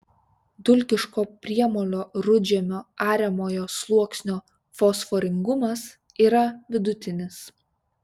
dulkiško priemolio rudžemio ariamojo sluoksnio fosforingumas yra vidutinis